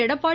Edappadi